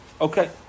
Okay